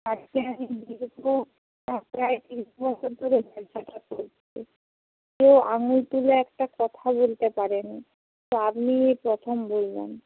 প্রায় তিরিশ বছর ধরে ব্যবসাটা করছি কেউ আঙুল তুলে একটা কথা বলতে পারে নি তো আপনিই এই প্রথম বললেন